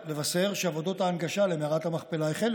ההצעה לסדר-היום: